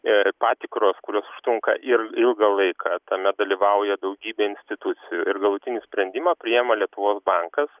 ir patikros kurios užtrunka ir ilgą laiką tame dalyvauja daugybė institucijų ir galutinį sprendimą priima lietuvos bankas